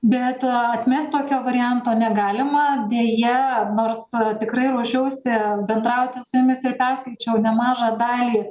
bet atmest tokio varianto negalima deja nors tikrai ruošiuosi bendrauti su jumis ir perskaičiau nemažą dalį